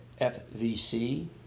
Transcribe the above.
FVC